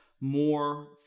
more